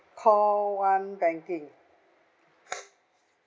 call one banking